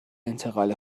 انتقال